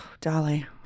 dolly